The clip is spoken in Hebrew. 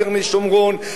קרני-שומרון,